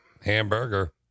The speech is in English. Hamburger